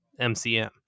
MCM